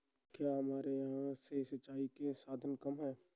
क्या हमारे यहाँ से सिंचाई के साधन कम है?